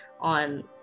on